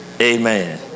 Amen